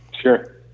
Sure